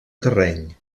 terreny